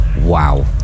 Wow